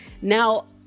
Now